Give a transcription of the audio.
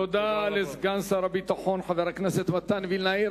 תודה לסגן שר הביטחון, חבר הכנסת מתן וילנאי.